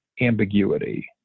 ambiguity